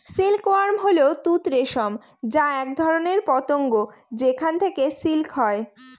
silk worm হল তুঁত রেশম যা এক ধরনের পতঙ্গ যেখান থেকে সিল্ক হয়